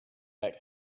back